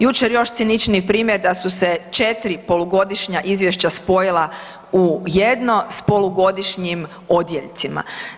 Jučer još ciničniji primjer da su se 4 polugodišnja izvješća spojila u jedno s polugodišnjim odjeljcima.